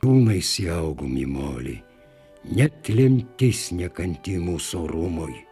ūmais įaugom į molį net lemtis nekanti mūsų romoj